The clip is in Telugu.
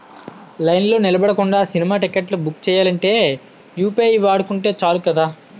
లైన్లో నిలబడకుండా సినిమా టిక్కెట్లు బుక్ సెయ్యాలంటే యూ.పి.ఐ వాడుకుంటే సాలు కదా